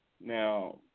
Now